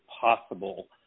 possible